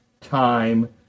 time